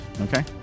Okay